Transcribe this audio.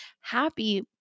happy